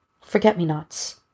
Forget-me-nots